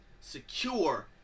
Secure